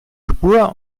spur